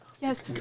Yes